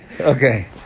Okay